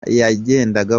yagendaga